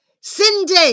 Cindy